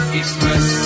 express